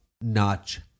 notch